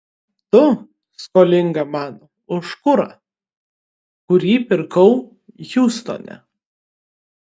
tu skolinga man už kurą kurį pirkau hjustone